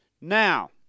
Now